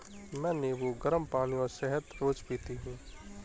मैं नींबू, गरम पानी और शहद रोज पीती हूँ